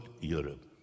Europe